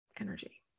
energy